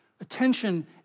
attention